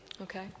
Okay